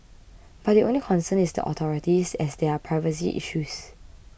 but the only concern is the authorities as there are privacy issues